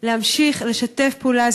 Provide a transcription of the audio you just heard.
להמשיך לשתף פעולה.